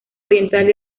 oriental